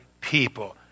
people